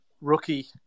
rookie